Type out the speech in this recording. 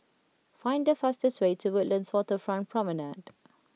find the fastest way to Woodlands Waterfront Promenade